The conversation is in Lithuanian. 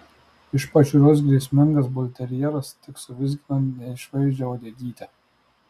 iš pažiūros grėsmingas bulterjeras tik suvizgino neišvaizdžią uodegytę